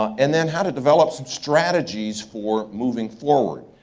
and then how to develop some strategies for moving forward.